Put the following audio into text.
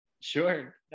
Sure